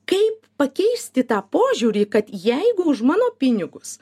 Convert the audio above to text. kaip pakeisti tą požiūrį kad jeigu už mano pinigus